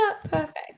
perfect